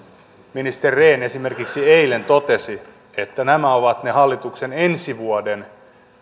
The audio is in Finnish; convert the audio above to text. ministeri rehn esimerkiksi eilen totesi että nämä ovat ne hallituksen ensi vuoden